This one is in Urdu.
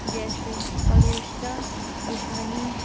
جیسے پرو شدہ دشمنی